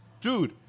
dude